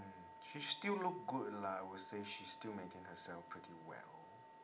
she still look good lah I would say she still maintain herself pretty well